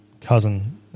cousin